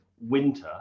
winter